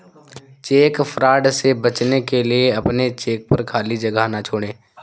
check fraud से बचने के लिए अपने चेक पर खाली जगह ना छोड़ें